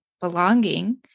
belonging